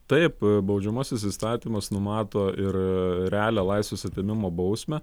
taip baudžiamasis įstatymas numato ir realią laisvės atėmimo bausmę